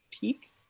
peak